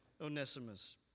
Onesimus